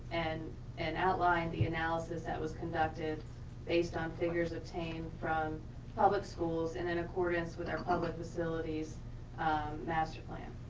and and outline the analysis that was conducted based on figures obtained from public schools and in accordance with our public facilities master plan.